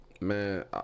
Man